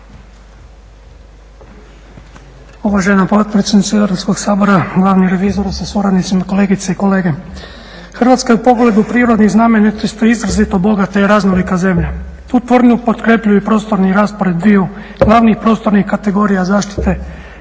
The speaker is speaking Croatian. Uvažena potpredsjednice Sabora, glavni revizore sa suradnicima, kolegice i kolege. Hrvatska je u pogledu prirodnih znamenitosti izrazito bogata i raznolika zemlja. Tu tvrdnju potkrjepljuju i prostorni raspored dviju glavnih prostornih kategorija zaštite